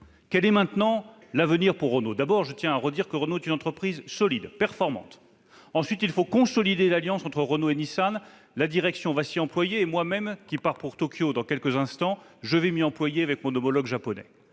Quel est maintenant l'avenir de Renault ? Tout d'abord, je tiens à redire qu'il s'agit d'une entreprise solide, performante. Ensuite, il faut consolider l'alliance entre Renault et Nissan. La direction va s'y employer. Je pars moi-même pour Tokyo dans quelques instants ; je vais aussi m'y employer avec mon homologue japonais.